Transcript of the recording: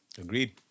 Agreed